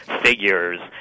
figures